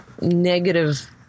negative